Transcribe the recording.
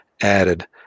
added